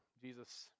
Jesus